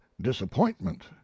disappointment